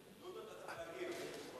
דודו, אתה צריך להגיב.